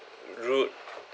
rude